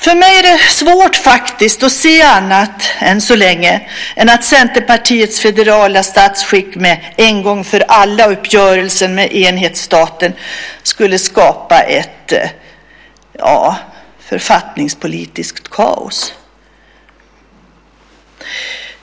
För mig är det faktiskt svårt att än så länge se annat än att Centerpartiets federala statsskick med en uppgörelse med enhetsstaten en gång för alla skulle skapa ett - ja, ett författningspolitiskt kaos.